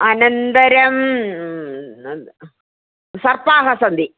अनन्तरं सर्पाः सन्ति